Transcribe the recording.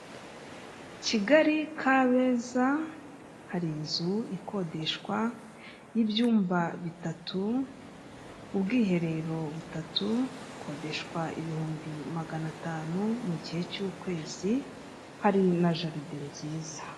Kigali, kabeza hari inzu ikodeshwa y'ibyumba bitatu, ubwiherero butatu, ikodeshwa ibihumbi magana atanu mu gihe cy'ukwezi, hari na jaride nziza.